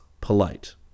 polite